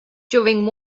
during